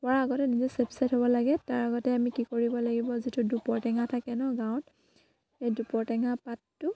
হোৱাৰ আগতে নিজে চেফচাইড হ'ব লাগে তাৰ আগতে আমি কি কৰিব লাগিব যিটো দুপৰ টেঙা থাকে ন গাঁৱত সেই দুপৰ টেঙা পাতটো